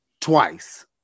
Twice